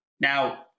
Now